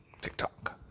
TikTok